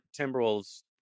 Timberwolves